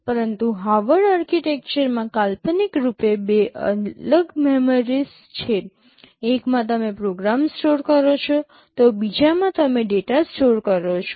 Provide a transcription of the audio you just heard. પરંતુ હાર્વર્ડ આર્કિટેક્ચરમાં કાલ્પનિક રૂપે બે અલગ મેમરીસ છે એકમાં તમે પ્રોગ્રામ સ્ટોર કરો છો તો બીજામાં તમે ડેટા સ્ટોર કરો છો